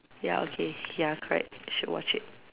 ya okay ya correct should watch it